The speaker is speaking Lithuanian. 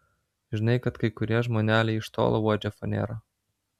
žinai kad kai kurie žmoneliai iš tolo uodžia fanerą